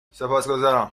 سپاسگزارم